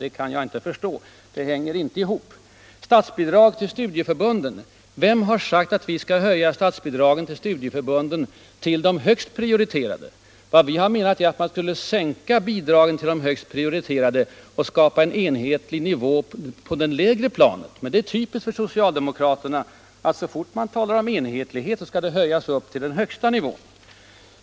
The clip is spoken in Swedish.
Det kan jag inte förstå — det hänger inte ihop. När det gäller statsbidragen till studieförbunden undrar jag: Vem har sagt att vi skall höja statsbidragen till studieförbunden för de högst prioriterade? Vad vi har menat är att man skulle sänka bidragen till de högst prioriterade och skapa en enhetlig nivå på ett lägre plan. Men det är typiskt för socialdemokratin att så fort man talar om enhetliga bidrag skall de höjas upp till den högsta nivån.